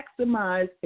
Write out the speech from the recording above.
maximize